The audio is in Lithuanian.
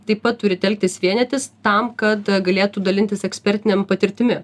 taip pat turi telktis vienytis tam kad galėtų dalintis ekspertinėm patirtimi